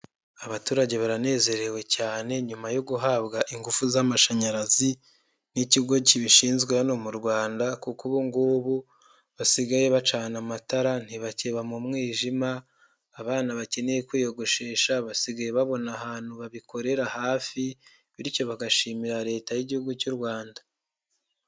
Abaturage baranezerewe cyane nyuma yo guhabwa ingufu z'amashanyarazi n'ikigo kibishinzwe hano mu Rwanda kuko ubu ngubu basigaye bacana amatara ntibakiba mu mwijima, abana bakeneye kwiyogoshesha basigaye babona ahantu babikorera hafi bityo bagashimira Leta y'Igihugu cy'u Rwanda.